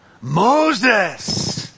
Moses